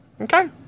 Okay